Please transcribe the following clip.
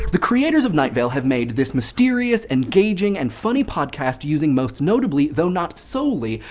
the creators of night vale have made this mysterious, engaging, and funny podcast using most notably, though not solely,